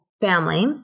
family